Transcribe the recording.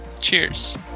Cheers